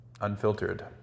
Unfiltered